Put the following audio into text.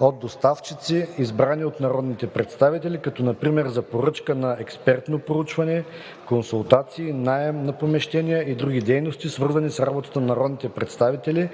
от доставчици, избрани от народните представители, като например за поръчка на експертно проучване, консултации, наем на помещения и други дейности, свързани с работата на народните представители